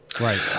Right